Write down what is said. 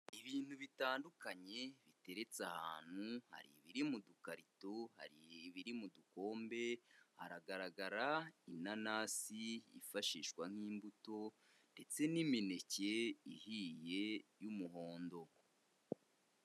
Ibintu bitandukanye biteretse ahantu, hari ibiri mu dukarito, hari ibiri mu dukombe, haragaragara inanasi yifashishwa nk'imbuto ndetse n'imineke ihiye y'umuhondo.